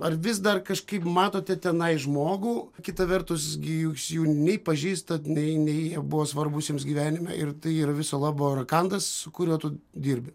ar vis dar kažkaip matote tenai žmogų kita vertus gi jūs jų nei pažįstat nei nei jie buvo svarbūs jums gyvenime ir tai yra viso labo rakandas su kuriuo tu dirbi